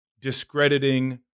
discrediting